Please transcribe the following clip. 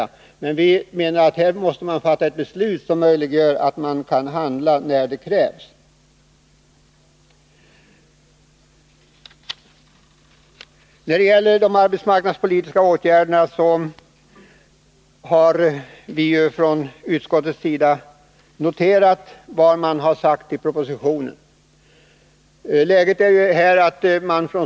Vi menar emellertid att man här måste fatta ett beslut som möjliggör att man kan handla när det krävs. När det gäller de arbetsmarknadspolitiska åtgärderna har vi i utskottet noterat vad som sägs i propositionen.